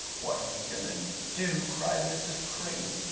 what are we going to do? cried mrs. cream.